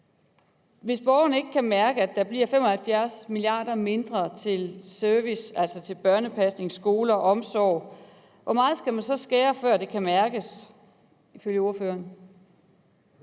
Hvis borgerne ikke kan mærke, at der bliver 75 mia. kr. mindre til service, altså til børnepasning, skoler og omsorg, hvor meget skal man så ifølge ordføreren skære